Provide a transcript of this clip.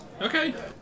Okay